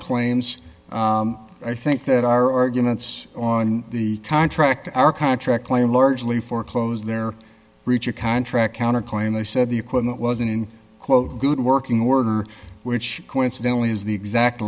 claims i think that our arguments on the contract our contract claim largely foreclose their breach of contract counterclaim they said the equipment was in quote good working order which coincidentally is the exact